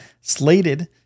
slated